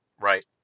right